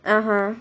(uh huh)